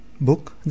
Book